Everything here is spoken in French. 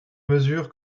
mesure